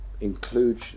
include